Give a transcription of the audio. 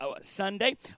Sunday